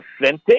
authentic